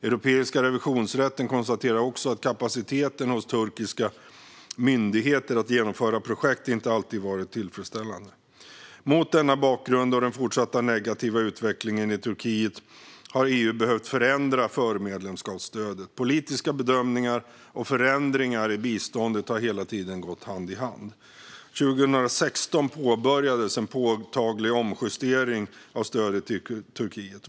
Europeiska revisionsrätten konstaterar också att kapaciteten hos turkiska myndigheter att genomföra projekt inte alltid varit tillfredsställande. Mot denna bakgrund och den fortsatt negativa utvecklingen i Turkiet har EU behövt förändra förmedlemskapsstödet. Politiska bedömningar och förändringar av biståndet har hela tiden gått hand i hand. År 2016 påbörjades en påtaglig omjustering av stödet till Turkiet.